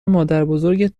مادربزرگت